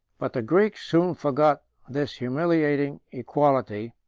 but the greeks soon forgot this humiliating equality,